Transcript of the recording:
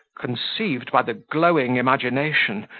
conceived by the glowing imagination,